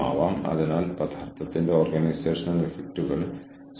ഒരു പാലം അല്ലെങ്കിൽ അപ്പാർട്ട്മെന്റ് സമുച്ചയം അല്ലെങ്കിൽ മാൾ മുതലായവയുടെ നിർമ്മാണം